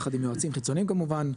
יחד עם יועצים חיצוניים כמובן,